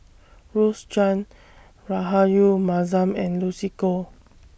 Rose Chan Rahayu Mahzam and Lucy Koh